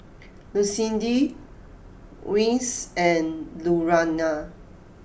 Lucindy Reece and Lurana